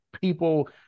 people